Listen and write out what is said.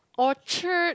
Orchard